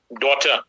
daughter